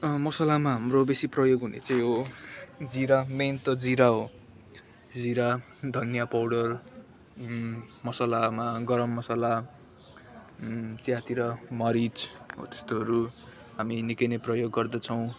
मसलामा हाम्रो बेसी प्रयोग हुने चाहिँ हो जिरा मेन त जिरा हो जिरा धनियाँ पाउडर मसलामा गरम मसला चियातिर मरीच हो त्यस्तोहरू हामी निकै नै प्रयोग गर्दछौँ